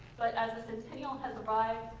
but as the centennial has arrived,